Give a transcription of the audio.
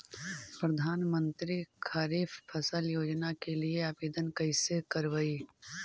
प्रधानमंत्री खारिफ फ़सल योजना के लिए आवेदन कैसे करबइ?